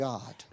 God